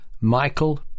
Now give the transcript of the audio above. Michael